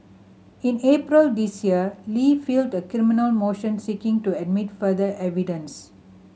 in April this year Li filed a criminal motion seeking to admit further evidence